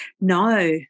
No